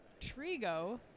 Trigo